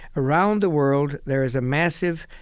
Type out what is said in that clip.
around the world, there is a massive,